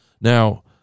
now